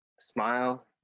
smile